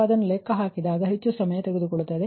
ಅದನ್ನು ಲೆಕ್ಕ ಹಾಕಿದಾಗ ಹೆಚ್ಚು ಸಮಯ ತೆಗೆದುಕೊಳ್ಳುತ್ತದೆ